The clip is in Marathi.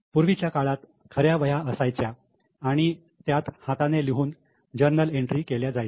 पूर्वीच्या काळात खऱ्या वह्या असायच्या आणि त्यात हाताने लिहून जर्नल एंट्री केल्या जायच्या